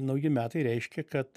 nauji metai reiškia kad